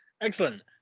Excellent